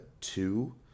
two